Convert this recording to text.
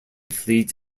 fleet